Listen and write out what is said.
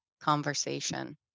conversation